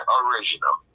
original